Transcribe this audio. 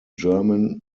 german